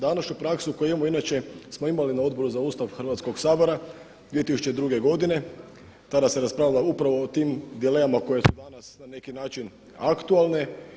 Današnju praksu koju imamo inače smo imali na Odboru za Ustav Hrvatskog sabora 2002. godine, tada se raspravljalo upravo o tim dilemama koje su danas na neki način aktualne.